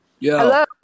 Hello